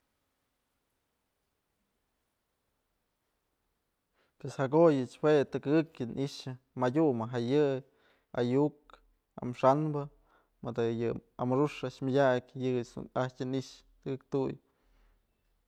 Pues jakoyach jue tëkëkyë ni'ixë madyu mëjk ja yë ayu'uk, amaxa'anbë, amurux a'ax myëdyak yëyëch dun ajtyë ni'ixë tëkëk tuyë.